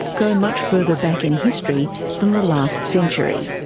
go much further back in history than the last century.